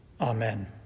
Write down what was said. amen